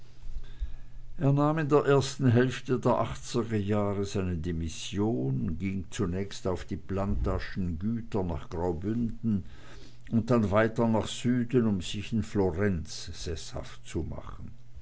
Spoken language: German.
nahm in der ersten hälfte der achtziger jahre seine demission ging zunächst auf die plantaschen güter nach graubünden und dann weiter nach süden um sich in florenz seßhaft zu machen